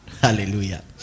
hallelujah